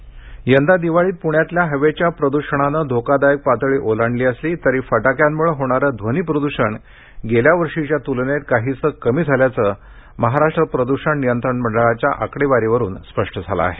प्रदूषण यंदा दिवाळीत पृण्यातल्या हवेच्या प्रद्षणानं धोकादायक पातळी ओलांडली असली तरी फटाक्यांमुळं होणारं ध्वनी प्रद्षण गेल्या वर्षीच्या त्लनेत काहीसं कमी झाल्याचं महाराष्ट्र प्रद्षण नियंत्रण मंडळाच्या आकडीवारीवरुन स्पष्ट झालं आहे